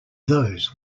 those